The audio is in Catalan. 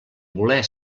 voler